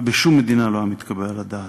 ובשום מדינה לא היה מתקבל על הדעת.